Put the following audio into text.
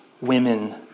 women